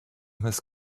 his